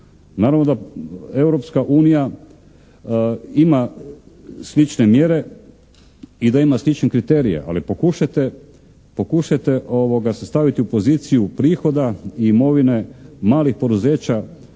unija ima slične mjere i da ima slične kriterije, ali pokušajte se staviti u poziciju prihoda i imovine malih poduzeća